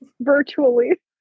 virtually